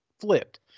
flipped